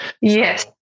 Yes